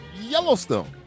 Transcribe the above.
Yellowstone